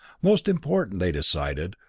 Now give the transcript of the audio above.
most important, they decided,